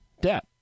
debt